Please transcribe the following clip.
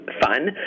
fun